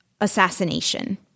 assassination